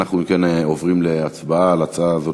אנחנו, אם כן, עוברים להצבעה על ההצעה הזאת